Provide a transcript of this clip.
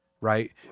right